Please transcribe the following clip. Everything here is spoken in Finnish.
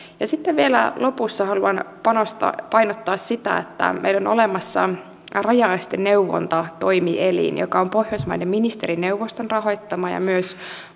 ja sitten vielä lopussa haluan painottaa sitä että meillä on olemassa rajaesteneuvontatoimielin joka on pohjoismaiden ministerineuvoston rahoittama ja myös